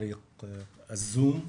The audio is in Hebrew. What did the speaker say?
באמצעות הזום.